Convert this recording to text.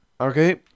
Okay